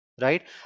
right